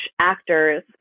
actors